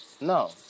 No